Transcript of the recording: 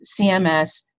CMS